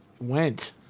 went